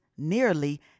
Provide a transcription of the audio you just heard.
nearly